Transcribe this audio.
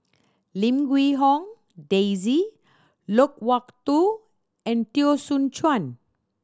Lim Huee Hong Daisy Loke Wak Tho and Teo Soon Chuan